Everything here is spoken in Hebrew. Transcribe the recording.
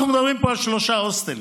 אנחנו מדברים פה על שלושה הוסטלים.